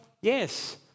yes